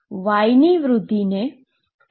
તેથી હું y ની વૃદ્ધિને 0